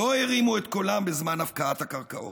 לא הרימו את קולם בזמן הפקעת הקרקעות.